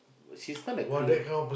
she's not a clean